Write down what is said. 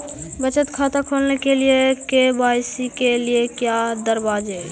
बचत खाता खोलने के लिए और के.वाई.सी के लिए का क्या दस्तावेज़ दस्तावेज़ का जरूरत पड़ हैं?